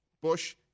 Bush